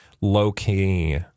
low-key